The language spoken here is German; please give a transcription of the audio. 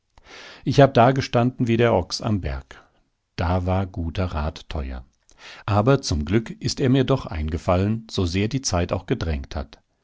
ich hab dagestanden wie der ochs am berg da war guter rat teuer aber zum glück ist er mir doch eingefallen so sehr die zeit auch gedrängt hat